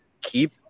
keep